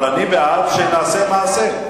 אבל אני בעד שנעשה מעשה.